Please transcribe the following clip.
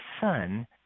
son